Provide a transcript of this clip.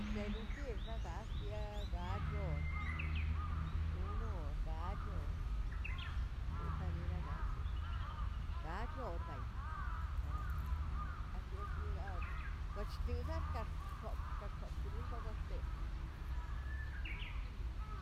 Tenotir xagasia gachol, x̱onoꞌol gachoꞌol, separira gasieeꞌ gachor ba'yi, asiochiogor watchir artkax̱ x̱op kax̱op burol bawaꞌxteꞌ.